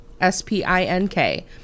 S-P-I-N-K